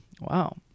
wow